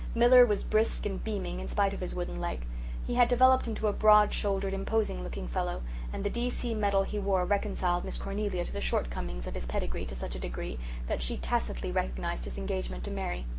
miller was brisk and beaming in spite of his wooden leg like he had developed into a broad-shouldered, imposing looking fellow and the d. c. medal he wore reconciled miss cornelia to the shortcomings of his his pedigree to such a degree that she tacitly recognized his engagement to mary.